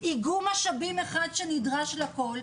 איגום משאבים אחד שנדרש לכול,